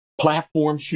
Platform